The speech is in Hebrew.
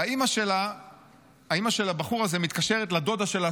והאימא של הבחור הזה מתקשרת לדודה שלה,